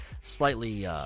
slightly